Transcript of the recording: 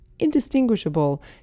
indistinguishable